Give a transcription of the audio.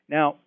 Now